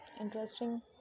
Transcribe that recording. interesting